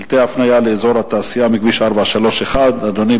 שלטי הפנייה לאזור התעשייה מכביש 431. אדוני,